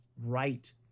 right